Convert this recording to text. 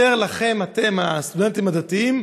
לכם, הסטודנטים הדתיים,